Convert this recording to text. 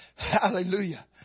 Hallelujah